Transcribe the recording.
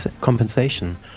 compensation